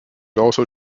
also